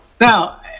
Now